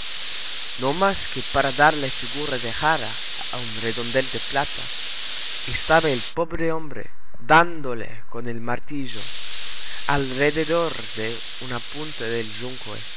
no más que para darle figura de jarra a un redondel de plata estaba el pobre hombre dándole con el martillo alrededor de una punta del yunque